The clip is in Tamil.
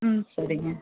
ம் சரிங்க